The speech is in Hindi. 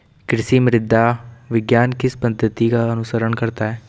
कृषि मृदा विज्ञान किस पद्धति का अनुसरण करता है?